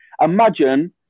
imagine